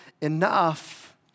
enough